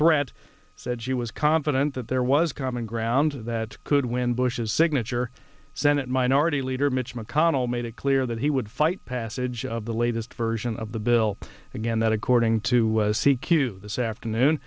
threat said she was confident that there was common ground that could win bush's signature senate minority leader mitch mcconnell made it clear that he would fight passage of the latest version of the bill again that according to c q this afternoon